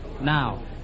Now